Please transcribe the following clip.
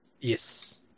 Yes